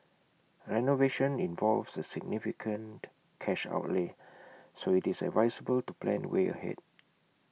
renovation involves A significant cash outlay so IT is advisable to plan way ahead